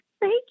thank